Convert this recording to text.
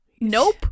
Nope